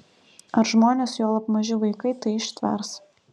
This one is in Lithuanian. ar žmonės juolab maži vaikai tai ištvers